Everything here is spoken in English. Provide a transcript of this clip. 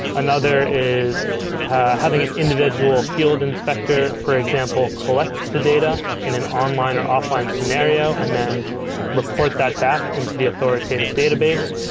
another is having an individual field inspector, for example, collect the data in an online or offline scenario and then report that back into the authoritative database.